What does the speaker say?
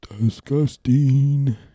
disgusting